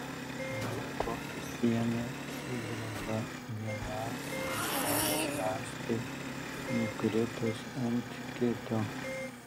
lauko siena sudreba vienam sunkiam rąstui nukritus ant kito